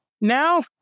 Now